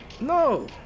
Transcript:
No